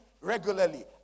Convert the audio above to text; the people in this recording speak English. regularly